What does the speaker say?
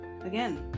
again